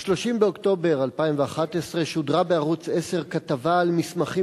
ב-30 באוקטובר 2011 שודרה בערוץ-10 כתבה על מסמכים